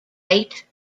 white